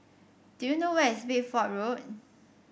do you know where is Bedford Road